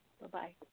Bye-bye